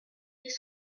les